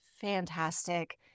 fantastic